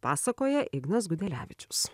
pasakoja ignas gudelevičius